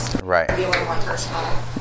Right